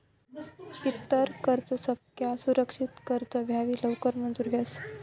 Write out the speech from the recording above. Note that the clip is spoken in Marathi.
इतर कर्जसपक्सा सुरक्षित कर्ज हायी लवकर मंजूर व्हस